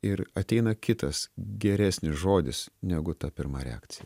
ir ateina kitas geresnis žodis negu ta pirma reakcija